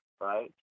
right